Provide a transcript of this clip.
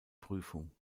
prüfung